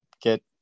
get